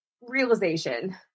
realization